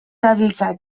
dabiltza